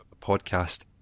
podcast